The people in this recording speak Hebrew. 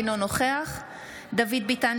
אינו נוכח דוד ביטן,